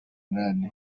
nane